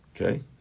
Okay